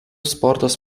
sporto